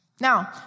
Now